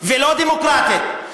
ולא דמוקרטית.